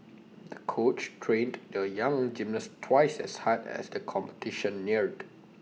the coach trained the young gymnast twice as hard as the competition neared